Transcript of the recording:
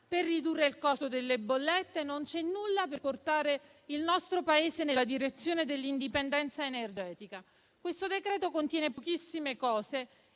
per ridurre il costo delle bollette e non c'è nulla per portare il nostro Paese nella direzione dell'indipendenza energetica. Questo decreto-legge contiene pochissime misure